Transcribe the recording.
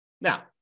Now